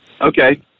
Okay